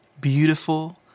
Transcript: beautiful